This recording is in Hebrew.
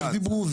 איך דיברו,